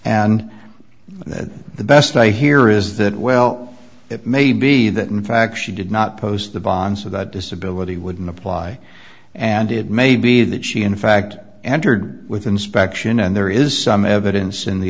and that the best i hear is that well it may be that in fact she did not post the bond so that disability wouldn't apply and it may be that she in fact entered with inspection and there is some evidence in the